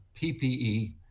PPE